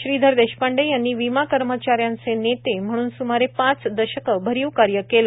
श्रीधर देशपांडे यांनी विमा कर्मचाऱ्यांचे नेते म्हणून सुमारे पाच दशकं अरीव कार्य केलं